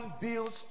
Builds